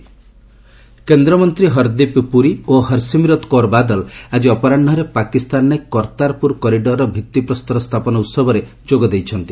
କର୍ତ୍ତାରପୁର କେନ୍ଦ୍ରମନ୍ତ୍ରୀ ହରଦୀପ ପୁରୀ ଓ ହରସିମରତ୍ କୌର ବାଦଲ ଆଜି ଅପରାହ୍ୱରେ ପାକିସ୍ତାନରେ କର୍ତ୍ତାରପୁର କରିଡରର ଭିତ୍ରିପ୍ରସ୍ତର ସ୍ଥାପନ ଉତ୍ସବରେ ଯୋଗଦେଇଛନ୍ତି